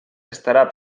estarà